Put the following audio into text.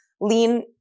lean